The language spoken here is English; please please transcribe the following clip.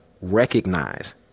recognize